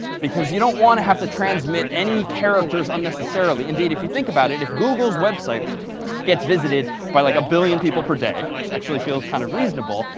because you don't want to have to transmit any characters unnecessarily. indeed, if you think about it, if google's website gets visited by like a billion people per day, which actually feels kind of reasonable.